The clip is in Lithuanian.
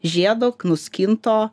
žiedo nuskinto